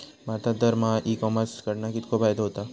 भारतात दरमहा e commerce कडणा कितको फायदो होता?